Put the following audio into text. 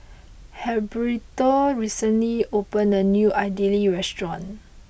Heriberto recently opened a new Idili restaurant